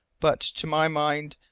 but, to my mind,